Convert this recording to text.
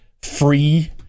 free